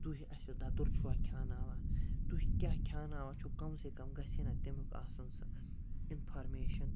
تُہۍ اَسہِ دَتُر چھُوا کھیٛاناوان تُہۍ کیٛاہ کھیٛاناوان چھُو کم سے کم گَژھِ ہے نا تَمیُک آسُن سُہ اِنفارمیشَن